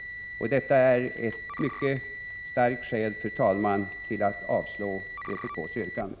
Detta, fru talman, är ett mycket starkt skäl att avslå vpk:s yrkande.